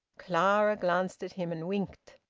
clara glanced at him, and winked.